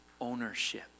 ownership